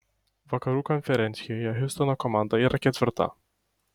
vakarų konferencijoje hjustono komanda yra ketvirta